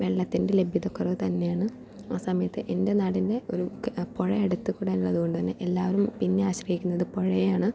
വെള്ളത്തിൻ്റെ ലഭ്യത കുറവ് തന്നെയാണ് ആ സമയത്ത് എൻ്റെ നാടിൻ്റെ ഒരു ക പുഴ അടുത്ത് കൂടെ ഉള്ളത് കൊണ്ട് തന്നെ എല്ലാവരും പിന്നെ ആശ്രയിക്കുന്നത് പുഴയെയാണ്